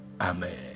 Amen